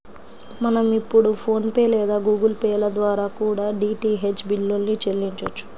మనం ఇప్పుడు ఫోన్ పే లేదా గుగుల్ పే ల ద్వారా కూడా డీటీహెచ్ బిల్లుల్ని చెల్లించొచ్చు